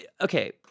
Okay